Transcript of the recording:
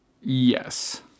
Yes